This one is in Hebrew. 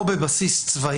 או בבסיס צבאי.